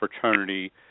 fraternity